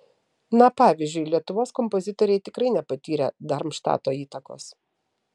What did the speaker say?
na pavyzdžiui lietuvos kompozitoriai tikrai nepatyrė darmštato įtakos